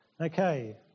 Okay